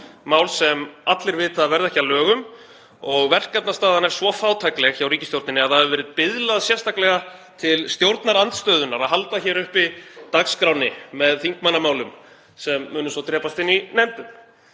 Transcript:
mál sem allir vita að verða ekki að lögum og verkefnastaðan er svo fátækleg hjá ríkisstjórninni að það hefur verið biðlað sérstaklega til stjórnarandstöðunnar að halda hér uppi dagskránni með þingmannamálum sem munu svo drepast inni í nefndum.